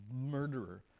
murderer